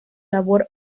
labor